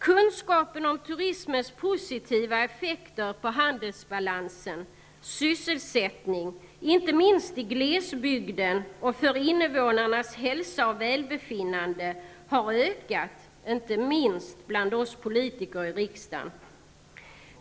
Kunskapen om turismens positiva effekter på handelsbalans, sysselsättning -- inte minst i glesbygden -- och innevånarnas hälsa och välbefinnande har ökat inte minst bland oss politiker i riksdagen.